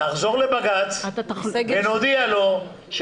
נחזור לבג"ץ ונודיע לו,